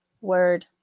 word